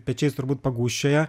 pečiais turbūt pagūžčioja